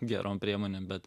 gerom priemonėm bet